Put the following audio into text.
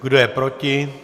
Kdo je proti?